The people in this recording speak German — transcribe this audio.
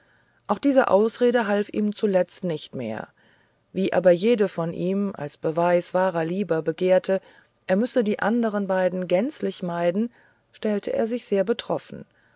auch diese ausrede half ihm zuletzt nichts mehr wie aber jede nun von ihm als beweis wahrer liebe begehrte er müsse die anderen beiden gänzlich meiden stellte er sich sehr betroffen